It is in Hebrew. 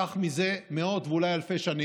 כך מזה מאות ואולי אלפי שנים,